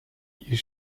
you